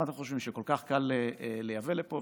אז מה אתם חושבים, שכל כך קל לייבא לפה?